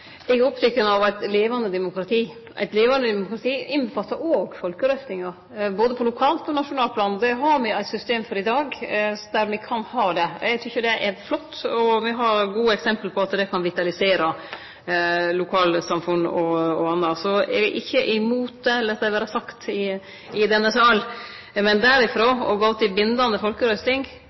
Eg er oppteken av eit levande demokrati. Eit levande demokrati omfattar òg folkerøystingar både på lokalt og nasjonalt plan, og me har eit system for det i dag der me kan ha det. Eg tykkjer det er flott, og me har gode eksempel på at det kan vitalisere lokalsamfunn. Så eg er ikkje imot det – lat det vere sagt i denne sal. Men derifrå til det å gå til bindande folkerøysting